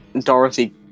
Dorothy